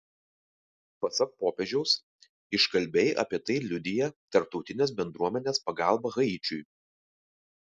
pasak popiežiaus iškalbiai apie tai liudija tarptautinės bendruomenės pagalba haičiui